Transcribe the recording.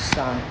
三